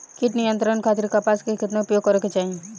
कीट नियंत्रण खातिर कपास केतना उपयोग करे के चाहीं?